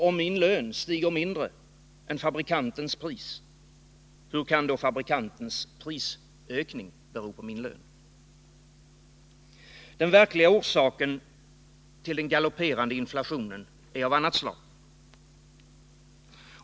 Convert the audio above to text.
Om min lön stiger mindre än fabrikantens pris — hur kan då fabrikantens prisökning bero på min lön? Den verkliga orsaken till den galopperande inflationen är av annat slag.